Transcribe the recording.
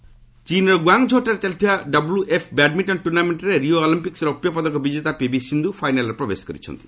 badminton ଚୀନ୍ର ଗୁଆଙ୍ଗ୍ଝୋଠାରେ ଚାଲିଥିବା ବିଡବ୍ଲ୍ୟଏଫ୍ ବ୍ୟାଡ୍ମିଣ୍ଟର ଟୁର୍ଣ୍ଣାମେଣ୍ଟରେ ରିଓ ଅଲିମ୍ପିକ୍ ରୌପ୍ୟ ପଦକ ବିଜେତା ପିଭି ସିନ୍ଧୁ ଫାଇନାଲ୍ରେ ପ୍ରବେଶ କରିଛନ୍ତି